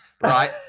right